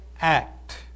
act